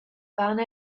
fan